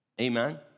Amen